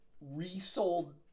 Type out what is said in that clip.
resold